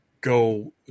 go